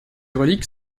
reliques